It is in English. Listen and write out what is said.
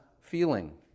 feeling